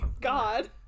God